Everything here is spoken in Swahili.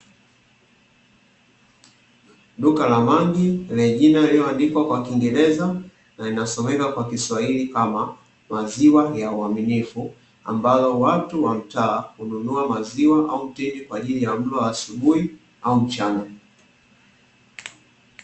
Duka la maji lenye jina lililoandikwa kwa kiingereza na inasomeka kwa kiswahili kama "Maziwa ya uaminifu" ambalo watu wa mtaa hununua maziwa au mtindi kwa ajili ya mlo wa asubuhi au mchana.